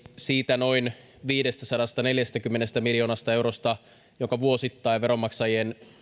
siitä noin viidestäsadastaneljästäkymmenestä miljoonasta eurosta minkä vuosittain veronmaksajien